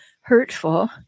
hurtful